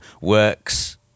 works